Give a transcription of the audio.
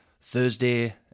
thursday